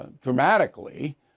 dramatically